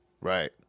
right